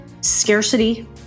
scarcity